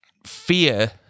Fear